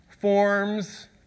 forms